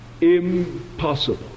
impossible